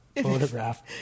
photograph